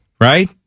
right